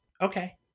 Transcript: Okay